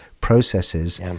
processes